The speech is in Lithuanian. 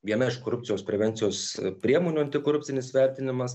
viena iš korupcijos prevencijos priemonių antikorupcinis vertinimas